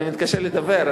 אבל אני מתקשה לדבר,